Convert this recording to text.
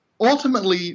ultimately